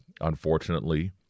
unfortunately